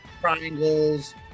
triangles